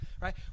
right